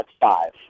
five